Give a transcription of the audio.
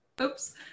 Oops